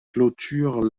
clôture